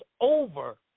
over